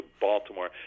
Baltimore